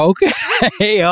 Okay